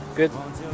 good